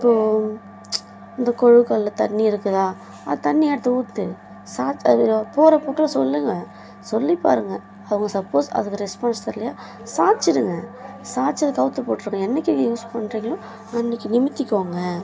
இப்போது இந்த கொடக்கல்லை தண்ணி இருக்குதா அந்த தண்ணி எடுத்து ஊற்று சாச் அதில் போகிற போக்கில் சொல்லுங்கள் சொல்லி பாருங்கள் அவங்க சப்போஸ் அதுக்கு ரெஸ்பான்ஸ் தரலையா சாய்ச்சிருங்க சாய்ச்சி அது கவுழ்த்து போட்டிருங்க என்றைக்கி யூஸ் பண்றீங்களோ அன்றைக்கி நிமிர்த்திக்கோங்க